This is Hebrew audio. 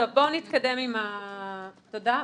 תודה.